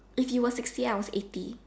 if you were sixty eight I was eighty